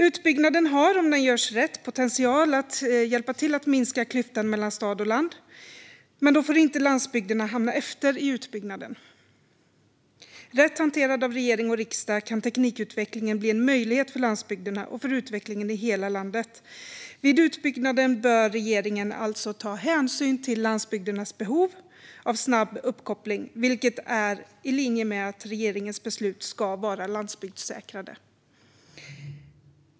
Utbyggnaden har, om den görs rätt, potential att hjälpa till att minska klyftan mellan stad och land, men då får inte landsbygderna hamna efter i utbyggnaden. Rätt hanterad av regering och riksdag kan teknikutvecklingen bli en möjlighet för landsbygderna och för utvecklingen i hela landet. Vid utbyggnaden bör regeringen alltså ta hänsyn till landsbygdernas behov av snabb uppkoppling, vilket är i linje med att regeringens beslut ska vara landsbygdssäkrade.